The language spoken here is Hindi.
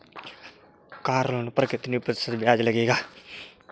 कार लोन पर कितने प्रतिशत ब्याज लगेगा?